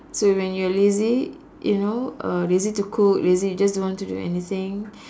so when you're lazy you know uh lazy to cook lazy just don't want to do anything